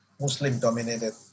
Muslim-dominated